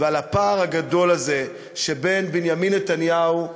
ומהפער הגדול הזה שבין בנימין נתניהו,